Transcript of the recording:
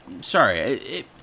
Sorry